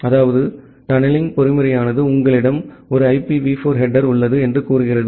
அதாவது தனனெலிங் பொறிமுறையானது உங்களிடம் ஒரு ஐபிவி 4 ஹெடேர் உள்ளது என்று கூறுகிறது